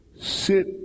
Sit